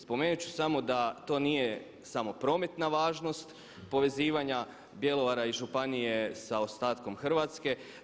Spomenut ću samo da to nije samo prometna važnost povezivanja Bjelovara i županije sa ostatkom Hrvatske.